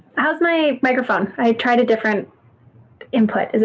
how's my microphone? i tried a different input.